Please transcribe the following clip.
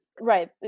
right